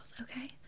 okay